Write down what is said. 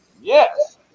Yes